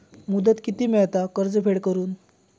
मुदत किती मेळता कर्ज फेड करून?